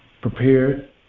prepared